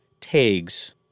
Tags